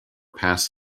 passed